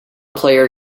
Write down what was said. player